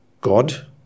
God